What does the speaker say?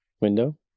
Window